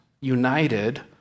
united